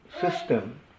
system